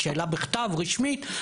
שאלה בכתב, רשמית.